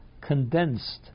condensed